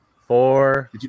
four